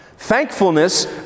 thankfulness